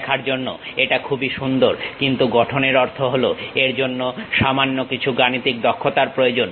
দেখার জন্য এটা খুবই সুন্দর কিন্তু গঠনের অর্থ হলো এর জন্য সামান্য কিছু গাণিতিক দক্ষতার প্রয়োজন